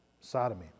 Sodomy